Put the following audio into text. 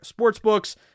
Sportsbooks